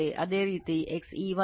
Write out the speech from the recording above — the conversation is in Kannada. ಅದೇ ರೀತಿ XE1 X1 X2 ಕೂಡಿಸಿದಾಗ 19